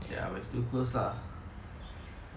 ya we're still close lah